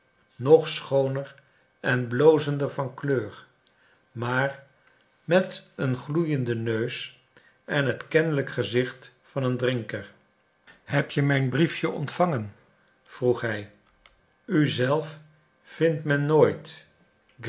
nog schooner en blozender van kleur maar met een gloeienden neus en het kennelijk gezicht van een drinker heb je mijn briefje ontvangen vroeg hij u zelf vindt men nooit